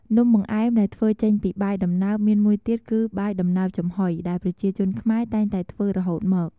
នំបង្អែមដែលធ្វើចេញពីបាយដំណើបមានមួយទៀតគឺ បាយដំណើបចំហុយ ដែលប្រជាជនខ្មែរតែងតែធ្វើរហូតមក។